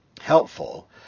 helpful